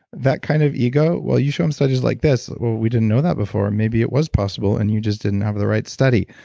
that kind of ego, well you show them studies like this, well we didn't know that before maybe it was possible, and you just didn't have the right study.